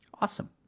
Awesome